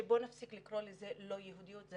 שבואו נפסיק לקרוא להן לא יהודיות.